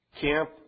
Camp